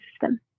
system